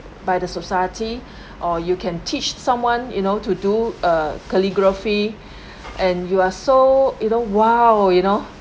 by the society or you can teach someone you know to do uh calligraphy and you are so you know !wow! you know